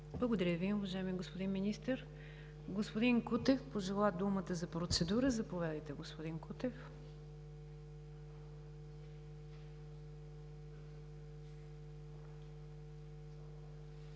Благодаря Ви, уважаеми господин Министър. Господин Кутев пожела думата за процедура. Заповядайте, господин Кутев.